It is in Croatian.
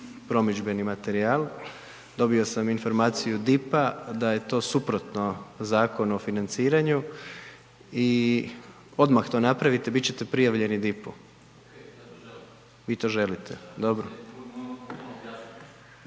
promidžbeni materijal, dobio sam informaciju DIP-a da je to suprotno Zakonu o financiranju i odmah to napravite bit ćete prijavljeni DIP-u. Vi to želite? Dobro.